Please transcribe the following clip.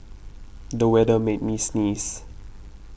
the weather made me sneeze